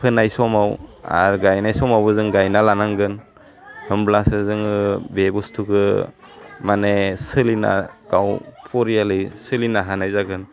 फोनाय समाव आरो गायनाय समावबो जों गायना लानांगोन होमब्लासो जोङो बे बुस्थुखौ माने सोलिना गाव फरियालै सोलिनो हानाय जागोन